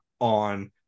on